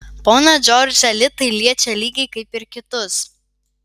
poną džordžą li tai liečia lygiai kaip ir kitus